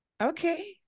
Okay